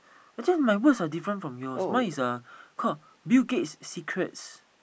actually my voice are different from yours mine is uh called Bill-Gate's secrets